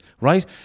right